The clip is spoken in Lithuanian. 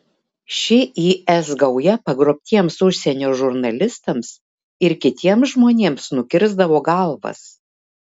ši is gauja pagrobtiems užsienio žurnalistams ir kitiems žmonėms nukirsdavo galvas